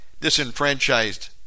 disenfranchised